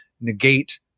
negate